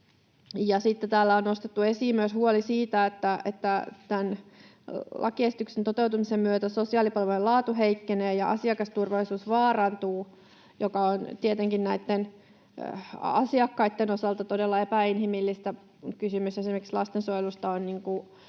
täällä on nostettu esiin myös huoli siitä, että tämän lakiesityksen toteutumisen myötä sosiaalipalvelujen laatu heikkenee ja asiakasturvallisuus vaarantuu, mikä on tietenkin näitten asiakkaitten osalta todella epäinhimillistä. Kyseessä esimerkiksi lastensuojelussa on